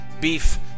Beef